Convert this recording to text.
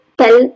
tell